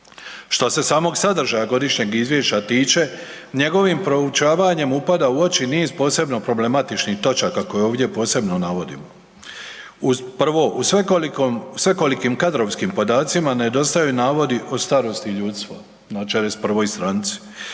Što se samog sadržaja godišnjeg izvješća tiče njegovim proučavanje upada u oči niz posebno problematičnih točaka koje ovdje posebno navodim. Prvo, u svekolikom, svekolikim kadrovskim podacima nedostaju navodi o starosti ljudstva na 41. stranici.